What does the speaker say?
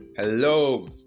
Hello